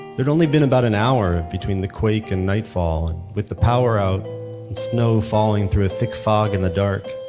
there'd only been about an hour between the quake and nightfall. with the power out and snow falling through a thick fog in the dark,